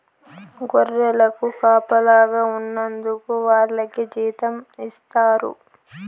గొర్రెలకు కాపలాగా ఉన్నందుకు వాళ్లకి జీతం ఇస్తారు